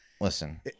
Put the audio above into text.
listen